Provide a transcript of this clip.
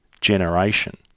generation